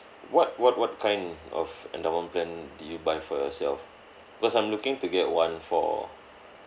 what what what kind of endowment plan did you buy for yourself cause I'm looking to get one for